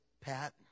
Pat